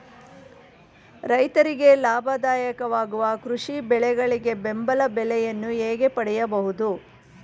ರೈತರಿಗೆ ಲಾಭದಾಯಕ ವಾಗುವ ಕೃಷಿ ಬೆಳೆಗಳಿಗೆ ಬೆಂಬಲ ಬೆಲೆಯನ್ನು ಹೇಗೆ ಪಡೆಯಬಹುದು?